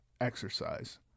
exercise